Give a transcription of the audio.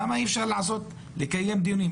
למה אי אפשר לקיים דיונים?